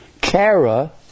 kara